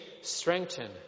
strengthen